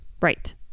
Right